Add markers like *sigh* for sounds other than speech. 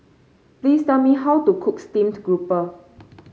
please tell me how to cook Steamed Grouper *noise*